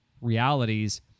realities